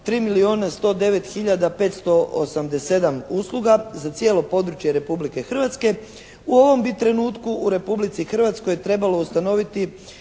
587 usluga za cijelo područje Republike Hrvatske u ovom bi trenutku u Republici Hrvatskoj trebalo ustanoviti